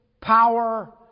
power